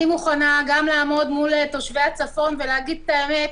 אני מוכנה גם לעמוד מול תושבי הצפון ולהגיד את האמת: